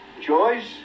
Joyce